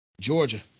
Georgia